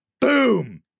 Boom